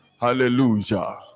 Hallelujah